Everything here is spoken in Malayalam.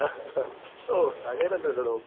ഓ അങ്ങനൊന്നും ഇല്ലടോ